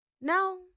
No